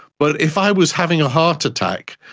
but if i was having a heart attack,